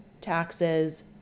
taxes